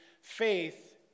faith